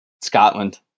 Scotland